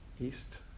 east